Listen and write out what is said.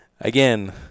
Again